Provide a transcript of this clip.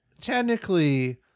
technically